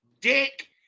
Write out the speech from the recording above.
dick